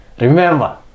remember